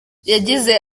yagize